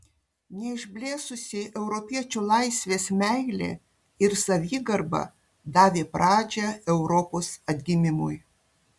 neišblėsusi europiečių laisvės meilė ir savigarba davė pradžią europos atgimimui